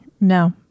No